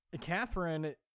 Catherine